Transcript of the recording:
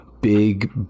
big